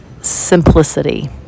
simplicity